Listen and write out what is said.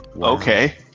Okay